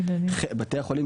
בתי החולים,